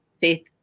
faith